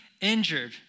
injured